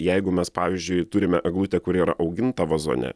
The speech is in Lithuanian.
jeigu mes pavyzdžiui turime eglutę kuri yra auginta vazone